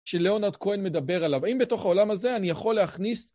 שלאונרד כהן מדבר עליו. האם בתוך העולם הזה אני יכול להכניס...